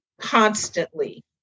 constantly